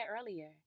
earlier